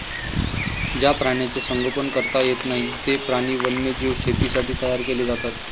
ज्या प्राण्यांचे संगोपन करता येत नाही, ते प्राणी वन्यजीव शेतीसाठी तयार केले जातात